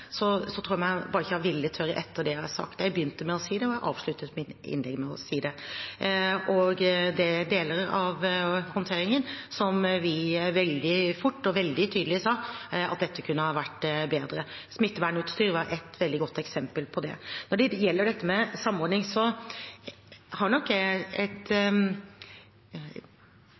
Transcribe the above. bare ikke har villet høre etter. Jeg begynte med å si det, og jeg avsluttet mitt innlegg med å si det. Det er deler av håndteringen som vi veldig fort og veldig tydelig sa at kunne ha vært bedre. Smittevernutstyr er et veldig godt eksempel på det. Når det gjelder samordning, har jeg nok et